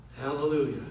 Hallelujah